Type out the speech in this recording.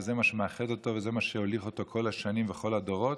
וזה מה שמאחד אותו וזה מה שמוליך אותו כל השנים וכל הדורות,